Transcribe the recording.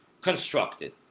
constructed